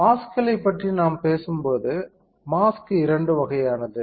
மாஸ்க்களைப் பற்றி நாம் பேசும்போது மாஸ்க் இரண்டு வகையானது